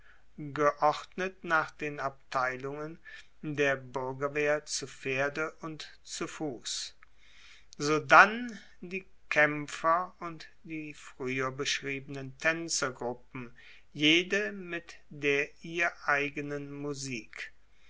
geordnet nach den abteilungen der buergerwehr zu pferde und zu fuss sodann die kaempfer und die frueher beschriebenen taenzergruppen jede mit der ihr eigenen musik